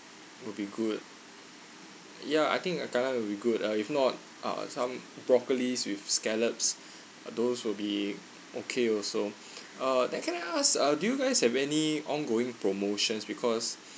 will be good ya I think uh kailan will be good uh if not uh some broccoli with scallops uh those will be okay also uh then can I ask uh do you guys have any ongoing promotions because